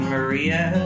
Maria